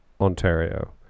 Ontario